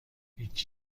هیچ